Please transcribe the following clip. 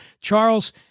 Charles